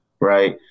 right